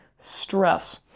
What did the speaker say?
stress